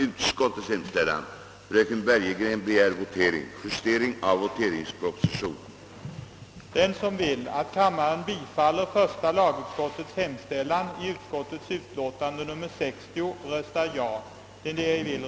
Vidare föreslås att ensittarlagen skall upphöra att gälla vid utgången av år 1976. det av någon annan tomtdel som vore i en ägares hand;